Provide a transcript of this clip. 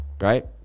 right